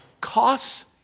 costs